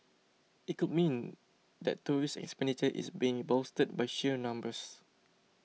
it could mean that tourists expenditure is being bolstered by sheer numbers